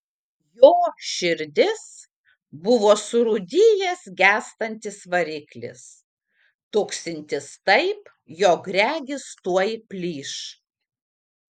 jo širdis buvo surūdijęs gęstantis variklis tuksintis taip jog regis tuoj plyš